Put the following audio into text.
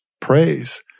praise